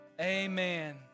Amen